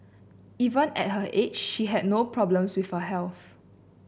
even at her age she had no problems with her health